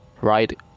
right